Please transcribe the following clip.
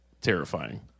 terrifying